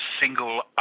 single